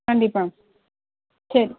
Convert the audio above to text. கண்டிப்பாக சரி